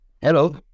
Hello